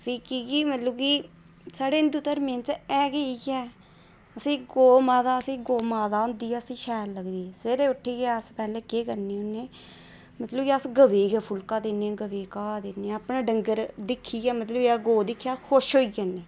फ्ही की कि मतलब कि साढ़े हिंदु धर्में च ऐ गै इयै असें ई गौऽ माता असें ई गौऽ माता होंदी ऐ गै शैल लगदी सवेरे उट्ठियै पैह्लें केह् करने होन्ने